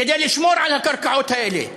כדי לשמור על הקרקעות האלה.